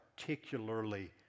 particularly